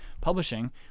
publishing